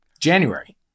January